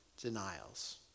denials